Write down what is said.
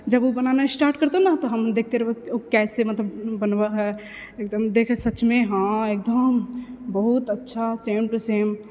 जब ओ बनाना स्टार्ट करतौ ने हम देखते रहबै ओ कैसे मतलब बनबै है एकदम देखै सचमे हँ एकदम बहुत अच्छा सेम टू सेम